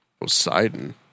Poseidon